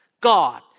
God